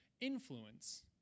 influence